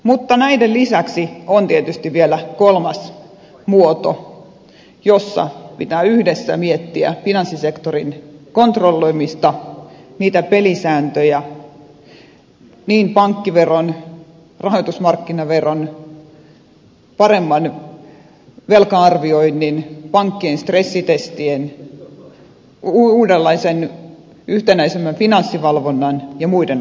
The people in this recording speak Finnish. mutta näiden lisäksi on tietysti vielä kolmas muoto jossa pitää yhdessä miettiä finanssisektorin kontrolloimista niitä pelisääntöjä niin pankkiveron rahoitusmarkkinaveron paremman velka arvioinnin pankkien stressitestien uudenlaisen yhtenäisemmän finanssivalvonnan ja muiden osalta